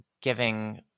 giving